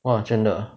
!wah! 真的